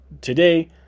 today